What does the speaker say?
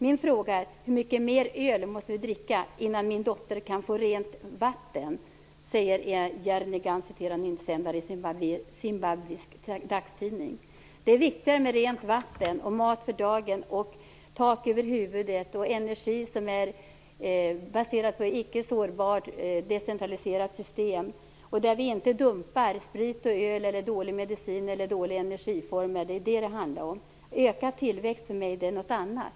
Min fråga är: Hur mycket mer öl måste vi dricka innan min dotter kan få rent vatten? Detta säger en person vid namn Jernigan. Här citeras en insändare i en zimbabwisk dagstidning. Det är viktigare med rent vatten och mat för dagen liksom tak över huvudet och energi som är baserad på ett icke sårbart decentraliserat system där vi inte dumpar sprit, öl, dålig medicin eller dåliga energiformer. Det är vad det handlar om. Ökad tillväxt är för mig något annat.